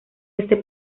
este